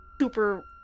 super